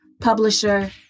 publisher